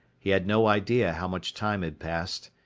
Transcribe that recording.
he had no idea how much time had passed.